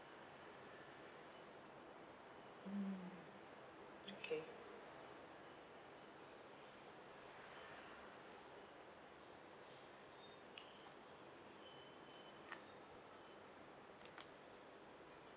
mm okay